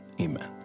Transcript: amen